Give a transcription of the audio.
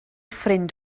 ffrind